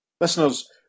Listeners